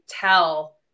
tell